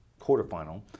quarterfinal